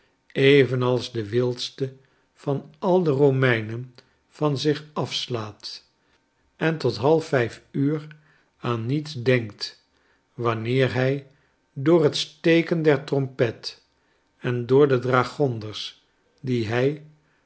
evenals de wildste van al de romeinen van zich afslaat en tot halfvijf uur aan niets denkt wanneer hij door het steken der trompet en door de dragonders die hij